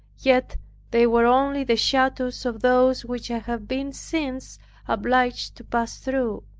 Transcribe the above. yet they were only the shadows of those which i have been since obliged to pass through.